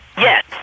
Yes